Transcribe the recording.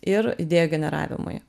ir idėjų generavimui